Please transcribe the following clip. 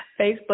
Facebook